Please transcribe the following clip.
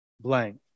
blank